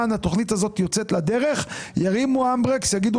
התוכנית הזאת יוצאת לדרך ירימו ברקס ויגידו